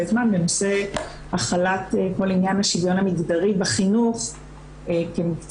זמן בנושא החלת כל עניין השוויון המגדרי בחינוך כמקצוע,